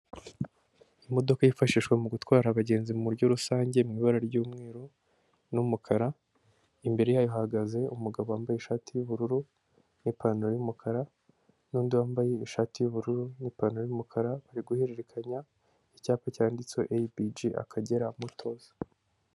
Imodoka yifashishwa mu gutwara abagenzi mu buryo rusange mu ibara ry'umweru n'umukara, imbere yayo hahagaze umugabo wambaye ishati y'ubururu n'ipantaro y'umukara n'undi wambaye ishati y'ubururu n'ipantaro y'umukara, bari guhererekanya icyapa cyanditseho ABG Akagera umutozi.